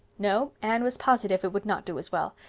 no, anne was positive it would not do as well.